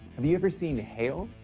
have you ever seen hail?